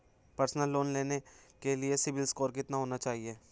Personal loan लेने के लिए सिबिल स्कोर कितना होना चाहिए?